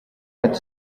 ati